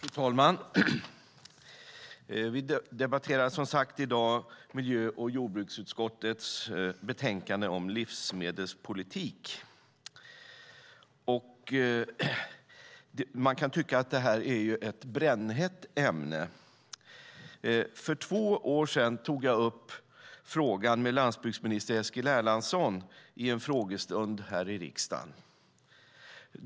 Fru talman! Vi debatterar i dag miljö och jordbruksutskottets betänkande om livsmedelspolitik. Man kan tycka att det är ett brännhett ämne. För två år sedan tog jag upp frågan med landsbygdsminister Eskil Erlandsson i en frågestund här i riksdagen.